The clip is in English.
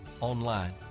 online